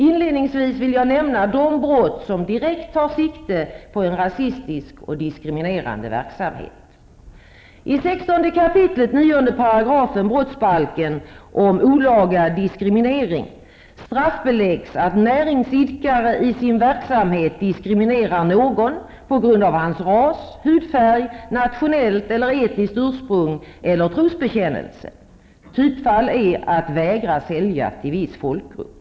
Inledningsvis vill jag nämna de brott som direkt tar sikte på en rasistisk eller diskriminerande verksamhet. I brottsbalken 16 kap. 9 § om olaga diskriminering straffbelägges om näringsidkare i sin verksamhet diskriminerar någon på grund av hans ras, hudfärg, nationellt eller etniskt ursprung eller trosbekännelse. Typfall är att vägra sälja till viss folkgrupp.